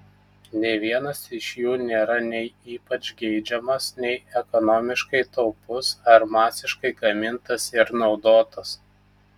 nė vienas iš jų nėra nei ypač geidžiamas nei ekonomiškai taupus ar masiškai gamintas ir naudotas